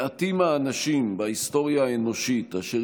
מעטים האנשים בהיסטוריה האנושית אשר